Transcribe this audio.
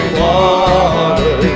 water